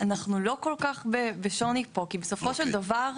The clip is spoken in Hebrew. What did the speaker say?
אגיד שאנחנו לא כל-כך בשוני פה כי בסופו של דבר,